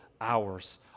hours